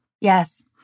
Yes